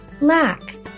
lack